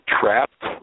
trapped